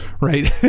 right